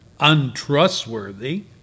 Untrustworthy